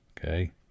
Okay